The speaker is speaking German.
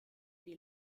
die